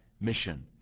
mission